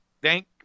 Thank